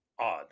odd